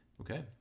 Okay